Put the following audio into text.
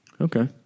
okay